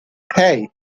hey